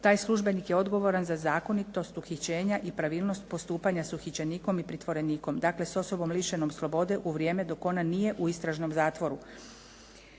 Taj službenik je odgovoran za zakonitost uhićenja i pravilnost postupanja s uhićenikom i pritvorenikom, dakle s osobom lišenom slobode u vrijeme dok ona nije u istražnom zatvoru.